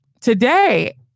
today